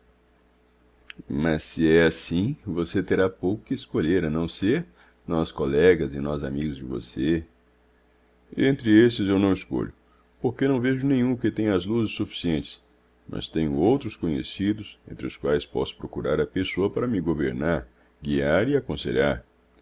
mas se é assim você terá pouco que escolher a não ser nós colegas e nós amigos de você entre esses eu não escolho porque não vejo nenhum que tenha as luzes suficientes mas tenho outros conhecidos entre os quais posso procurar a pessoa para me governar guiar e aconselhar